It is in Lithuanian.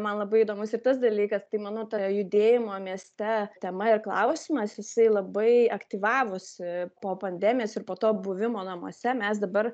man labai įdomus ir tas dalykas tai manau tai yra judėjimo mieste tema ir klausimas jisai labai aktyvavosi po pandemijos ir po to buvimo namuose mes dabar